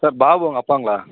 sir Babu அவங்க அப்பாங்களா